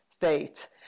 fate